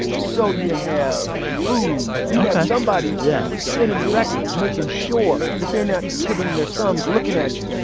so you have food. you have somebody yeah spinning the records, making sure that they're not twiddling their thumbs looking at you,